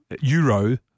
euro